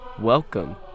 Welcome